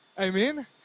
Amen